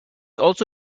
also